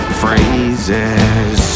phrases